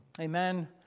Amen